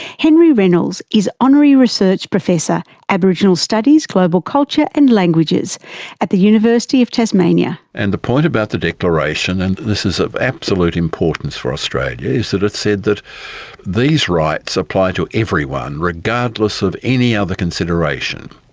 henry reynolds is honorary research professor, aboriginal studies, global culture and languages at the university of tasmania. and the point of the declaration and this is of absolute importance for australia is that it said that these rights apply to everyone, regardless of any other consideration.